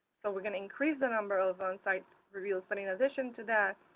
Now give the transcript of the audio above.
but we're going to increase the number of onsite reviews. but in addition to that,